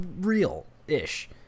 real-ish